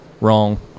wrong